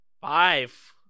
Five